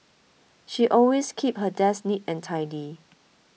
she always keeps her desk neat and tidy